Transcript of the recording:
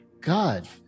God